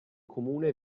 comune